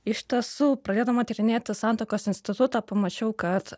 iš tiesų pradėdama tyrinėti santuokos institutą pamačiau kad